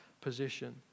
position